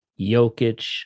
Jokic